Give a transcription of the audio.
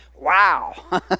Wow